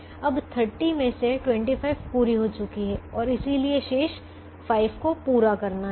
अब 30 में से 25 पूरी हो चुकी है और इसलिए शेष 5 को पूरा करना हैं